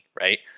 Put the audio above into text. right